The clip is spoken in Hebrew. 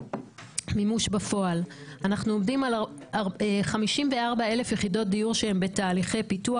מימוש בפועל אנחנו עומדים על 54,000 יחידות דיור שהן בתהליכי פיתוח.